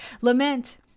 Lament